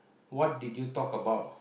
what did you talk about